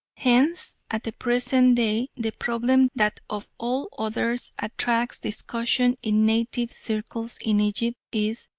hence at the present day the problem that of all others attracts discussion in native circles in egypt is,